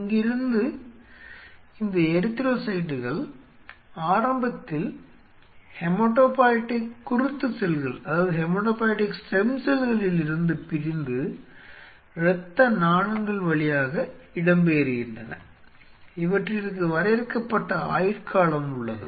இங்கிருந்து இந்த எரித்ரோசைட்டுகள் ஆரம்பத்தில் ஹெமடோபாய்டிக் குருத்து செல்களிலிருந்து பிரிந்து இரத்த நாளங்கள் வழியாக இடம்பெயர்கின்றன இவற்றிற்கு வரையறுக்கப்பட்ட ஆயுட்காலம் உள்ளது